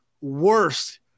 worst